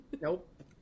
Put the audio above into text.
Nope